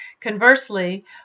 Conversely